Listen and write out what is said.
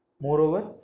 Moreover